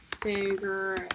figure